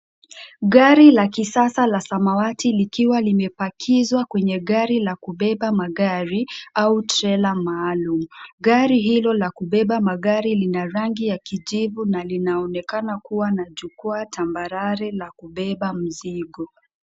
Gari la kisasa la samawati likiwa limepakizwa kwenye gari la kubeba magari au trela maalum, gari hilo la kubeba magari lina rangi ya kijivu linaonekana kuwa na jukwaa tambarare na kubeba mzigo .